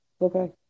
okay